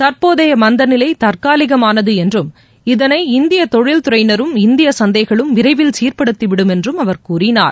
தற்போதைய மந்த நிலை தற்காலிகமானது என்றும் இதளை இந்திய தொழில்துறையினரும் இந்திய சந்தைகளும் விரைவில் சீர்படுத்திவிடும் என்றும் அவர் கூறினார்